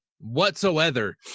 whatsoever